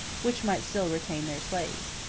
which might still retain their slaves.